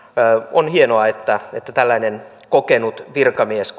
on hienoa että että tällainen kokenut virkamies